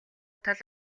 тал